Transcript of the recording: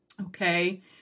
Okay